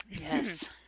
Yes